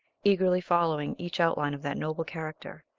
eagerly following each outline of that noble character,